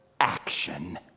action